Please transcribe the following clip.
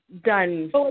done